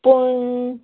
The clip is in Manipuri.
ꯄꯨꯡ